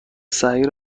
صحیح